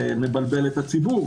זה מבלבל את הציבור,